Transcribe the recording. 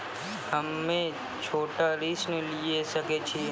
हम्मे छोटा ऋण लिये सकय छियै?